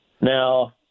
now